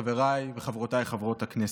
חבריי וחברותיי חברות הכנסת,